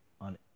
on